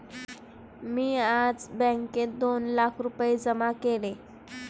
मी आज बँकेत दोन लाख रुपये जमा केले